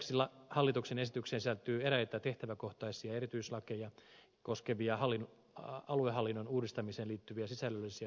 lisäksi hallituksen esitykseen sisältyy eräitä tehtäväkohtaisia erityislakeja koskevia aluehallinnon uudistamiseen liittyviä sisällöllisiä muutosehdotuksia